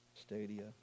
stadia